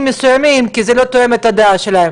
מסוימים כי זה לא תואם את הדעה שלהם.